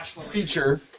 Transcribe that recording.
feature